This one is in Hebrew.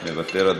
אני מוותר.